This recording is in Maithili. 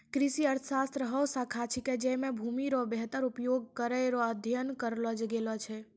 कृषि अर्थशास्त्र हौ शाखा छिकै जैमे भूमि रो वेहतर उपयोग करै रो अध्ययन करलो गेलो छै